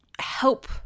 help